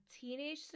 teenage